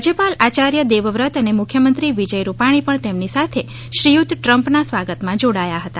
રાજયપાલ આયાર્ય દેવ વ્રત અને મુખ્યમંત્રી વિજય રૂપાણી પણ તેમની સાથે શ્રીયુત ટ્રમ્પના સ્વાગત માં જોડાયા હતા